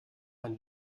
ein